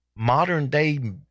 modern-day